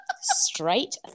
straight